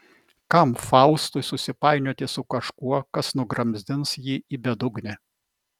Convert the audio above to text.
kam faustui susipainioti su kažkuo kas nugramzdins jį į bedugnę